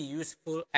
useful